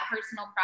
personal